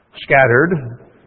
scattered